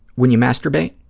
when you masturbate,